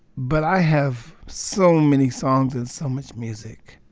but i have so many songs and so much music.